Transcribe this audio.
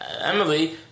Emily